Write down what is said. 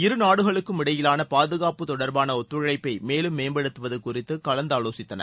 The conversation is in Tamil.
இருநாடுகளுக்கும் இடையிலான பாதுகாப்பு தொடர்பான ஒத்துழைப்பை மேலும் மேம்படுத்துவது குறித்து கலந்தாலோசித்தனர்